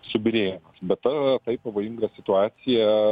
subyrėjimas bet ta tai pavojinga situacija